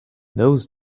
those